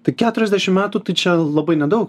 tai keturiasdešim metų tai čia labai nedaug